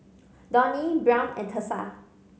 Donnie Brown and Thursa